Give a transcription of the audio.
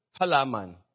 halaman